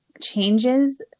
changes